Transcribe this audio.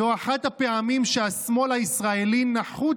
זו אחת הפעמים שהשמאל הישראלי נחות